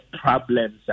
problems